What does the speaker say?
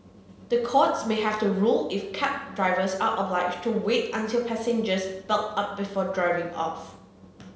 the courts may have to rule if cab drivers are obliged to wait until passengers belt up before driving off